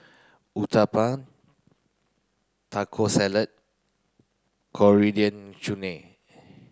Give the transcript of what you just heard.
Uthapam Taco Salad Coriander Chutney